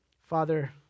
Father